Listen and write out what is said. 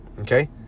Okay